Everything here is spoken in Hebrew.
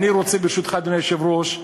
אדוני היושב-ראש,